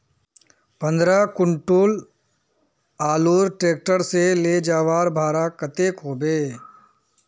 पंद्रह कुंटल आलूर ट्रैक्टर से ले जवार भाड़ा कतेक होबे?